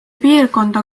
piirkonda